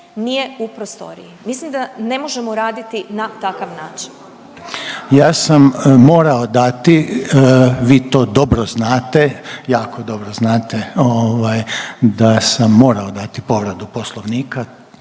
Ja sam morao dati vi to dobro znate, jako dobro znate ovaj da sam morao dati povredu poslovnika